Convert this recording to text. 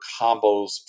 combos